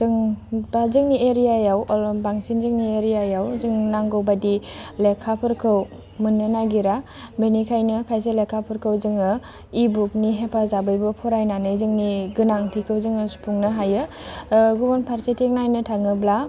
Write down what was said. जों दा जोंनि एरियायाव अलम बांसिन जोंनि एरियायाव जों नांगौ बायदि लेखाफोरखौ मोननो नागिरा बेनिखायनो खायसे लेखाफोरखौ जोङो इबुकनि हेफाजाबैबो फरायनानै जोंनि गोनांथिखौ जोङो सुफुंनो हायो गुबुन फारसेथिं नायनो थाङोब्ला